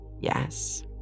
Yes